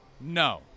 No